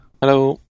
Hello